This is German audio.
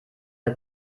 der